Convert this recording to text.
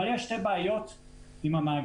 כשאנחנו משתתפים במכרז,